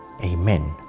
Amen